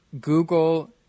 Google